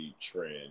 trend